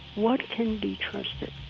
what can be trusted?